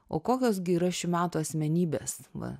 o kokios gi yra šių metų asmenybės va